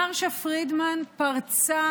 מרשה פרידמן פרצה